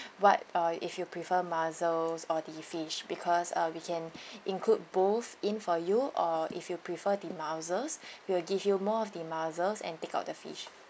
what uh if you prefer mussel or the fish because uh we can include both in for you or if you prefer the mussels we will give you more of the mussels and take out the fish